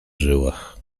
żyłach